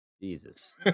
Jesus